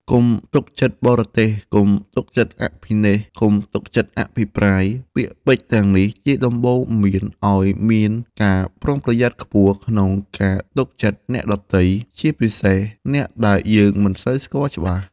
កុំទុកចិត្តបរទេស កុំទុកចិត្តអភិនេស្ក្រមណ៍ កុំទុកចិត្តអភិប្រាយ ពាក្យពេចន៍ទាំងនេះជាដំបូន្មានឱ្យមានការប្រុងប្រយ័ត្នខ្ពស់ក្នុងការទុកចិត្តអ្នកដទៃ ជាពិសេសអ្នកដែលយើងមិនសូវស្គាល់ច្បាស់។